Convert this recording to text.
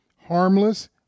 harmless